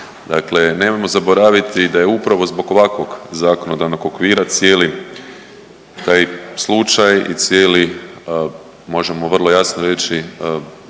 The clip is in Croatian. Dakle nemojmo zaboraviti da je upravo zbog ovakvog zakonodavnog okvira cijeli taj slučaj i cijeli možemo vrlo jasno reći